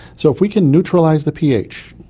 so if we can neutralise the ph,